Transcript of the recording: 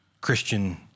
Christian